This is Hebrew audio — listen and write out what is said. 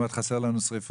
זאת אומרת, חסר לנו שריפות.